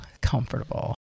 comfortable